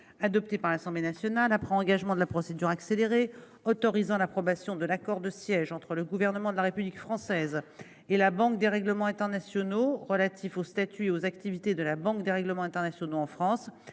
adopté par l'Assemblée nationale après un engagement de la procédure accélérée, autorisant l'approbation de l'accord de siège entre le gouvernement de la République française et la Banque des règlements internationaux relatifs au statut et aux activités de la Banque des règlements internationaux en France